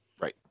right